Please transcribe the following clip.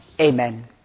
Amen